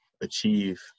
achieve